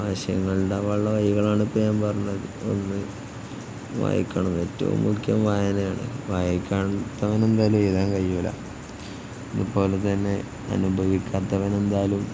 ആശയങ്ങളുണ്ടാകാനുള്ള വഴികളാണ് ഇപ്പോള് ഞാൻ പറഞ്ഞത് ഒന്ന് വായിക്കണം ഏറ്റവും മുഖ്യം വായനയാണ് വായിക്കാത്തവന് എന്തായാലും എഴുതാൻ കഴിയില്ല അതുപോലെ തന്നെ അനുഭവിക്കാത്തവന് എന്തായാലും